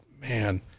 man